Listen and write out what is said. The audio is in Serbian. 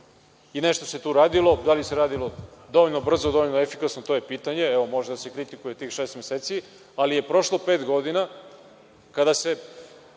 Nešto se tu radilo. Da li se radilo dovoljno brzo, dovoljno efikasno, to je pitanje, evo, može da se kritikuje tih šest meseci, ali je prošlo pet godina kada se,